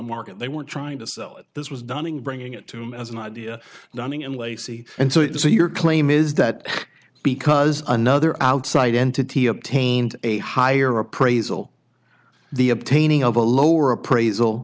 market they were trying to sell it this was done in bringing it to him as an idea running in lacey and so it is so your claim is that because another outside entity obtained a higher appraisal the obtaining of a lower appraisal